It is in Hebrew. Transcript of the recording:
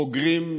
חוגרים,